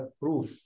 proof